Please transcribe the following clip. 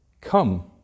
Come